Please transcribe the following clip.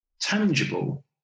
tangible